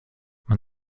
man